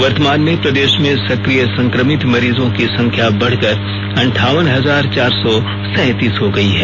वर्तमान में प्रदेश में सकिय संकमित मरीजों की संख्या बढ़कर अंठावन हजार चार सौ सैतीस हो गई है